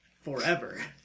Forever